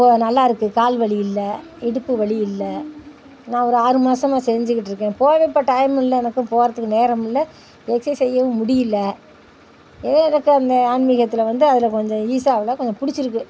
இப்போது நல்லாருக்குது கால் வலி இல்லை இடுப்பு வலி இல்லை நான் ஒரு ஆறு மாசமாக செஞ்சிக்கிட்டு இருக்கேன் போக இப்போ டைம் இல்லை எனக்கு போகிறதுக்கு நேரம் இல்லை எக்சைஸ் செய்யவும் முடியல ஏதோ எனக்கு அந்த ஆன்மீகத்தில் வந்து அதில் கொஞ்சம் ஈசாவில் கொஞ்சம் பிடிச்சிருக்கு